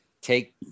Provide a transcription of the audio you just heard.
take